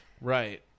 Right